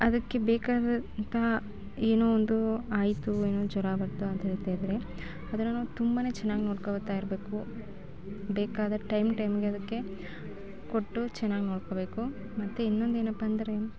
ಅದಕ್ಕೆ ಬೇಕಾದಂತಹ ಏನೋ ಒಂದು ಆಯಿತು ಏನು ಜ್ವರ ಬಂತು ಆ ಥರ ಈ ಥರ ಇದ್ದರೆ ಅದನ್ನು ನಾವು ತುಂಬನೇ ಚೆನ್ನಾಗಿ ನೋಡ್ಕೊಳ್ತಾಯಿರಬೇಕು ಬೇಕಾದ ಟೈಮ್ ಟೈಮ್ಗೆ ಅದಕ್ಕೆ ಕೊಟ್ಟು ಚೆನ್ನಾಗಿ ನೋಡ್ಕೊಳ್ಬೇಕು ಮತ್ತೆ ಇನ್ನೊಂದೇನಪ್ಪಂದ್ರೆ